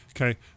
okay